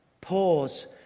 Pause